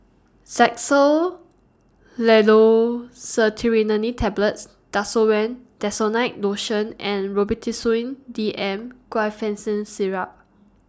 Xyzal Levocetirizine Tablets Desowen Desonide Lotion and Robitussin D M Guaiphenesin Syrup